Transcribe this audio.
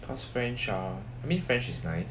cause french uh I mean french is nice